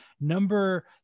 number